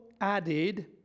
added